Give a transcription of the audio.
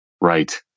right